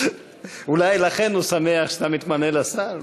אולי לכן הוא שמח שאתה מתמנה לשר?